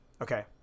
Okay